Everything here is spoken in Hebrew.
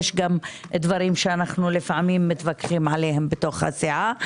יש דברים שלפעמים אנו מתווכחים עליהם בסיעה,